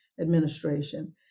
administration